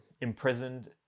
imprisoned